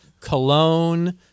cologne